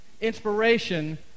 Inspiration